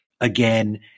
again